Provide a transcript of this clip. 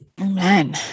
Amen